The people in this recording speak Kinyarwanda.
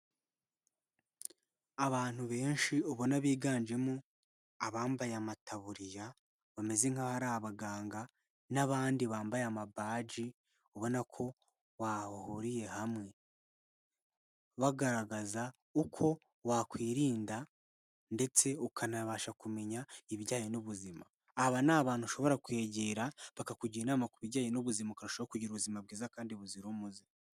Abantu benshi ubona biganjemo abambaye amataburiya, bameze nk'aho ari abaganga n'abandi bambaye amabaji, ubona ko bahuriye hamwe, bagaragaza uko wakwirinda ndetse ukanabasha kumenya ibijyanye n'ubuzima, aba ni abantu ushobora kwegera bakakugira inama ku bijyanye n'ubuzima ukarushaho kugira ubuzima bwiza kandi buzira umuze.